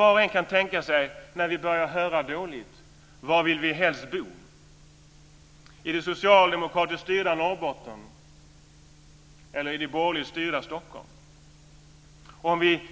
Var och en kan tänka sig var vi helst vill bo när vi börjar höra dåligt, i det socialdemokratiskt styrda Norrbotten eller i det borgerligt styrda Stockholm. Vi kan